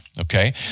okay